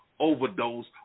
Overdose